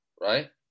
right